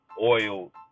oil